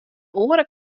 oare